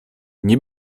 nie